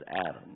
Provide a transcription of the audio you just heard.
Adam